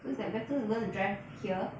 so it's like better to learn to drive here